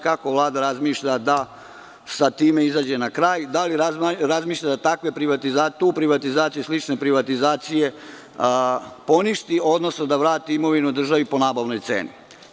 Kako Vlada razmišlja da sa time izađe na kraj, da li razmišlja da tu i slične privatizacije poništi, odnosno da vrati imovinu državi po nabavnoj ceni?